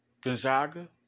Gonzaga